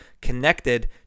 connected